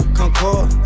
concord